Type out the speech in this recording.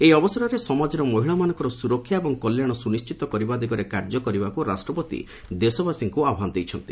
ଏହି ଅବସରରେ ସମାଜରେ ମହିଳାମାନଙ୍କର ସୁରକ୍ଷା ଏବଂ କଲ୍ୟାଣ ସୁନିଶ୍ଚିତ କରିବା ଦିଗରେ କାର୍ଯ୍ୟ କରିବାକୁ ରାଷ୍ଟ୍ରପତି ଦେଶବାସୀଙ୍କୁ ଆହ୍ପାନ ଦେଇଛନ୍ତି